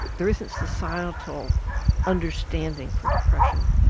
there isn't societal understanding for depression.